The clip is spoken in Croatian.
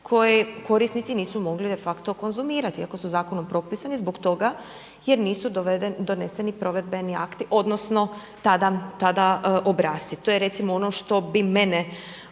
koji korisnici nisu mogli de facto konzumirati iako su zakonom propisani zbog toga jer nisu doneseni provedbeni akti odnosno tada obrasci. To je recimo ono što bi mene